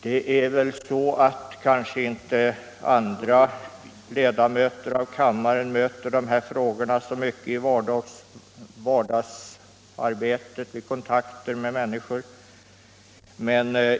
Det är möjligt att andra ledamöter av denna kammare under sina kontakter med människor inte möter dessa frågor så ofta som jag.